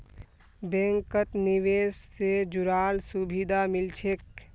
बैंकत निवेश से जुराल सुभिधा मिल छेक